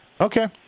Okay